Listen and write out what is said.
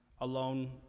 alone